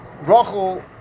Rachel